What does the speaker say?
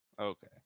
Okay